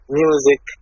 music